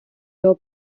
його